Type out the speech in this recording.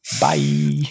bye